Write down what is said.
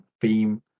theme